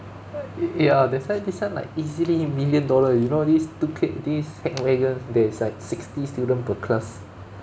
ya that's why this one like easily million dollar you know this two K this hackwagon there is like sixty student per class